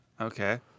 Okay